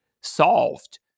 solved